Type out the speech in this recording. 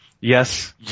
yes